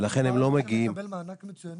ולכן הם לא מגיעים --- אבל אפשר לקבל מענק מצוינות.